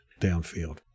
downfield